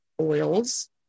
oils